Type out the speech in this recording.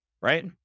right